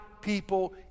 people